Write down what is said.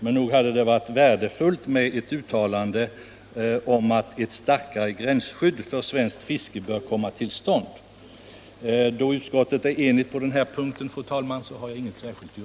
Men nog hade det varit värdefullt med ett uttalande om att ett starkare gränsskydd för svenskt fiske bör komma till stånd. Då utskottet är enigt på den här punkten har jag, fru talman, inget yrkande.